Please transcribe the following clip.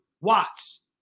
watts